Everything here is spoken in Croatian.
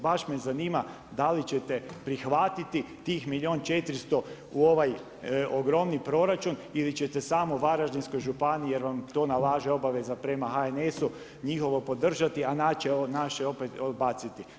Baš me zanima da li ćete prihvatiti tih milijun 400 u ovaj ogromni proračun ili ćete samo Varaždinskoj županiji jer vam to nalaže obaveza prema HNS-u njihovo podržati, a naše opet odbaciti?